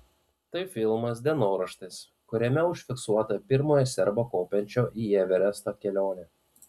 tai filmas dienoraštis kuriame užfiksuota pirmojo serbo kopiančio į everestą kelionė